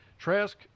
Trask